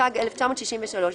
התשכ"ג 1963‏,